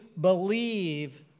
believe